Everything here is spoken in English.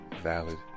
valid